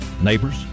Neighbors